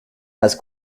las